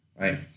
right